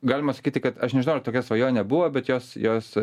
galima sakyti kad aš nežinau ar tokia svajonė buvo bet jos jos